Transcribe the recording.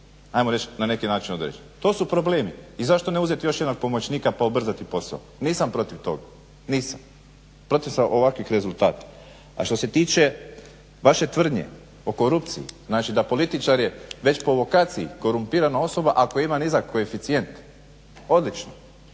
ajmo reć na neki način određen. To su problemi i zašto ne uzeti još jednog pomoćnika pa ubrzati posao, nisam protiv tog, nisam, protiv samo ovakvih rezultata. A što se tiče vaše tvrdnje o korupciji, znači da političar je već po vokaciji korumpirana osoba ako ima nizak koeficijent, odlično,